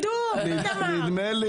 -- נדמה לי